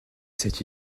cette